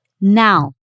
now